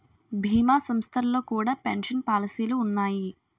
భీమా సంస్థల్లో కూడా పెన్షన్ పాలసీలు ఉన్నాయి